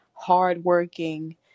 hard-working